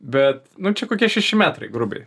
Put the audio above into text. bet nu čia kokie šeši metrai grubiai